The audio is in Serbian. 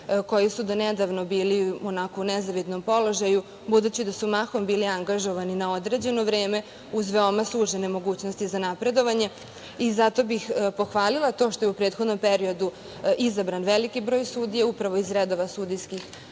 koji su donedavno bili u nezavidnom položaju, budući da su mahom bili angažovani na određeno vreme, uz veoma sužene mogućnosti za napredovanje, i zato bih pohvalila to što je u prethodnom periodu izabran veliki broj sudija, upravo iz redova sudijskih